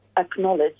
acknowledge